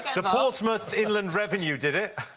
the portsmouth inland revenue did it.